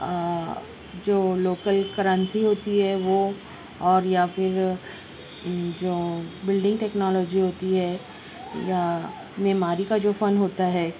جو local currency ہوتی ہے وہ اور یا پھر جو بلڈنگ ٹیکنالوجی ہوتی ہے یا معماری کا جو فن ہوتا ہے